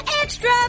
extra